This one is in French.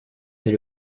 est